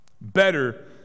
better